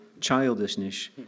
childishness